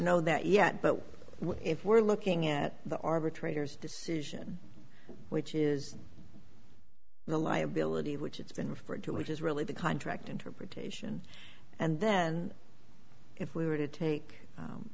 know that yet but if we're looking at the arbitrator's decision which is the liability which it's been referred to which is really the contract interpretation and then if we were to take